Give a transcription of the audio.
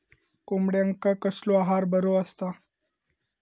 कोंबड्यांका कसलो आहार बरो असता?